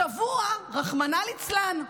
השבוע, רחמנא ליצלן,